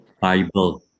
Bible